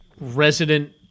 resident